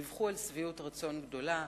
דיווחו על שביעות רצון גדולה.